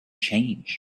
change